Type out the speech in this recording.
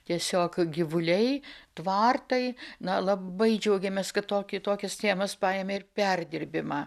tiesiog gyvuliai tvartai na labai džiaugėmės kad toki tokias tėmas paėmė ir perdirbimą